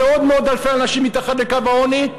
ועוד מאות אלפי אנשים מתחת לקו העוני.